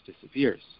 disappears